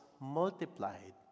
multiplied